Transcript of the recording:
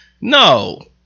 No